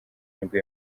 nibwo